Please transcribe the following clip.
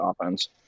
offense